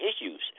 issues